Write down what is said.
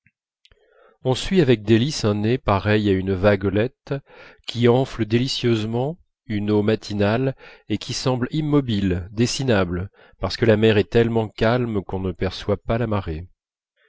on suit avec délices un nez pareil à une vaguelette qu'enfle délicieusement une eau matinale et qui semble immobile dessinable parce que la mer est tellement calme qu'on ne perçoit pas la marée